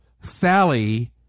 Sally